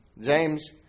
James